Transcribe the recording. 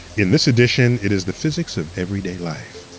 in this edition, it is the physics of everyday life.